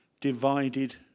divided